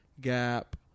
Gap